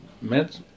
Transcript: met